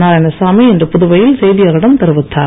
நாராயணசாமி இன்று புதுவையில் செய்தியாளர்களிடம் தெரிவித்தார்